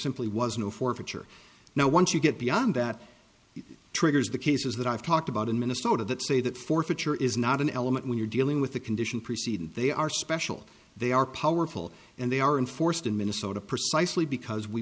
simply was no forfeiture now once you get beyond that triggers the cases that i've talked about in minnesota that say that forfeiture is not an element when you're dealing with the condition preceding they are special they are powerful and they are enforced in minnesota precisely because we